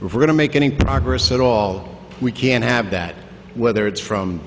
we're going to make any progress at all we can have that whether it's from